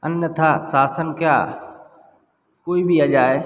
अन्यथा शासन क्या कोई भी आ जाए